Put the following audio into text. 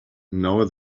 know